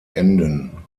enden